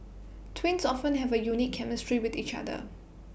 twins often have A unique chemistry with each other